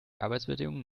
arbeitsbedingungen